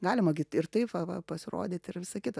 galima gi ir taip va va pasirodyti ir visa kita